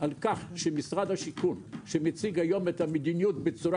על כך שמשרד השיכון שמציג היום את המדיניות בצורה